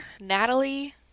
Natalie